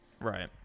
Right